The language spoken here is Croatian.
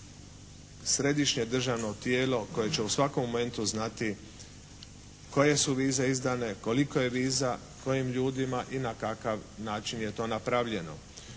središnje državno tijelo koje će u svakom momentu znati koje su vize izdane, koliko je viza kojim ljudima i na kakav način je to napravljeno.